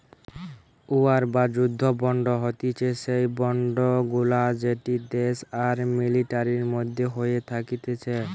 war বা যুদ্ধ bond হতিছে সেই বন্ড গুলা যেটি দেশ আর মিলিটারির মধ্যে হয়ে থাকতিছে